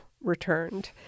returned